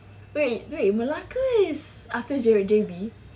wait wait melaka is after j~ J_B